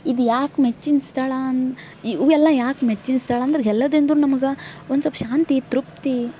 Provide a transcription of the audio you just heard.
ಇದು ಯಾಕೆ ಮೆಚ್ಚಿನ ಸ್ಥಳ ಅಂದ್ ಇವೆಲ್ಲ ಯಾಕೆ ಮೆಚ್ಚಿನ ಸ್ಥಳ ಅಂದ್ರೆ ಎಲ್ಲದಿಂದ್ರೂ ನಮ್ಗೆ ಒಂದು ಸ್ವಲ್ಪ ಶಾಂತಿ ತೃಪ್ತಿ